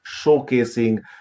showcasing